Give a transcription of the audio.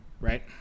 Right